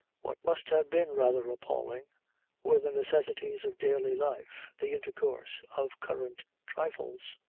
what must have been rather appalling were the necessities of daily life, the intercourse of current trifles.